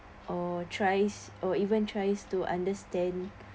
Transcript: or tries or even tries to understand